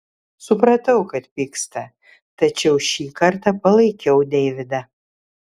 supratau kad pyksta tačiau šį kartą palaikiau deividą